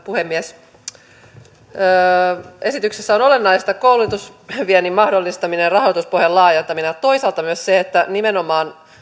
puhemies mielestäni esityksessä on olennaista koulutusviennin mahdollistaminen ja rahoituspohjan laajentaminen ja toisaalta myös se että nimenomaan